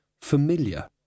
familiar